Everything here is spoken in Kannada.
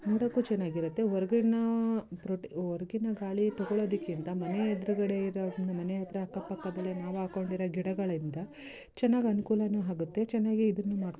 ನೋಡೋಕು ಚೆನ್ನಾಗಿರುತ್ತೆ ಹೊರಗಿನ ಪ್ರೋಟಿ ಹೊರ್ಗಿನ ಗಾಳಿ ತಗೊಳ್ಳೋದಕ್ಕಿಂತ ಮನೆ ಎದುರ್ಗಡೆ ಇರೋ ಒಂದು ಮನೆ ಹತ್ರ ಅಕ್ಕ ಪಕ್ಕದಲ್ಲಿ ನಾವಾಕ್ಕೊಂಡಿರೊ ಗಿಡಗಳಿಂದ ಚೆನ್ನಾಗಿ ಅನುಕೂಲನು ಆಗುತ್ತೆ ಚೆನ್ನಾಗಿ ಇದೂನು ಮಾಡ್ಕೊಳ್ಬೋದು